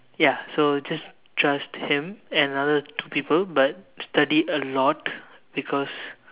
ya so just trust him and another two people but study a lot because